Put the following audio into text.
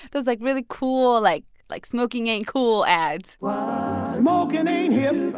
those like really cool like like smoking ain't cool ads smoking and ain't hip.